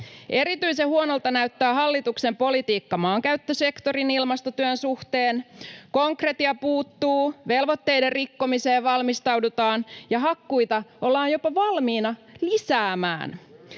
Erityisen huonolta näyttää hallituksen politiikka maankäyttösektorin ilmastotyön suhteen. Konkretia puuttuu, velvoitteiden rikkomiseen valmistaudutaan ja hakkuita ollaan jopa valmiina lisäämään.